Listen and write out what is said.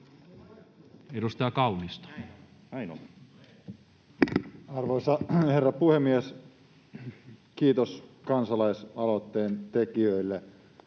Content: Arvoisa herra puhemies! Kiitos kansalaisaloitteen tekijöille.